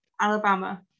Alabama